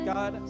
God